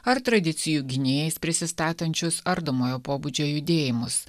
ar tradicijų gynėjais prisistatančius ardomojo pobūdžio judėjimus